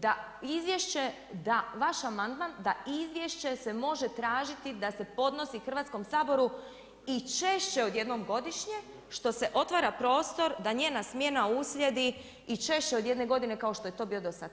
Da, izvješće, da vaš amandman, da izvješće se može tražiti da se podnosi Hrvatskom saboru i češće od jednom godišnje, što se otvara prostor, da njena smjena uslijedi i češće od jedne godine, kao što je to bio do sada.